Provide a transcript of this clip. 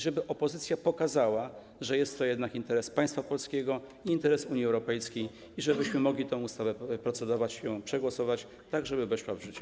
Żeby opozycja pokazała, że jest to jednak interes państwa polskiego i interes Unii Europejskiej, tak żebyśmy mogli nad tą ustawą procedować i ją przegłosować, żeby weszła w życie.